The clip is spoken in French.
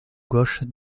gauche